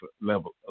level